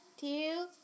two